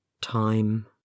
time